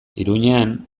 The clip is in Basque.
iruñean